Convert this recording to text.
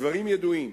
הדברים ידועים.